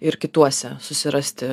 ir kituose susirasti